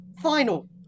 final